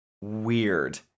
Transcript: weird